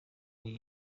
congo